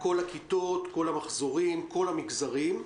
כל הכיתות, כל המחזורים, כל המגזרים.